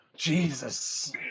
Jesus